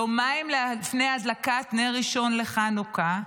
יומיים לפני הדלקת נר ראשון של חנוכה,